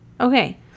okay